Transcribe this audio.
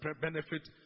benefit